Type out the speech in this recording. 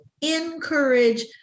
encourage